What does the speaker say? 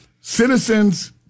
citizens